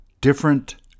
different